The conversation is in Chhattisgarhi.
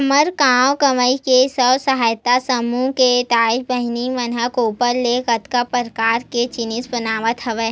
हमर गाँव गंवई के स्व सहायता समूह के दाई बहिनी मन ह गोबर ले कतको परकार के जिनिस बनावत हवय